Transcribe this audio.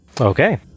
Okay